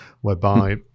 whereby